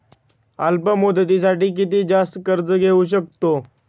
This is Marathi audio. अल्प मुदतीसाठी किती जास्त कर्ज घेऊ शकतो?